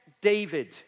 David